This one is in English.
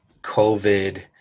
COVID